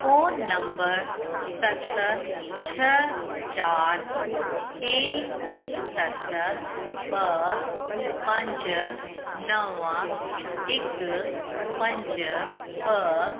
phone नम्बर सत छह चारि टे सत ॿ पंज नव हिकु पंज ॿ